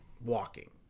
walking